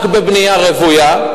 רק בבנייה רוויה.